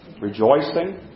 Rejoicing